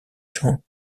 gens